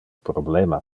problema